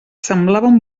semblaven